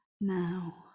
now